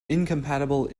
incompatible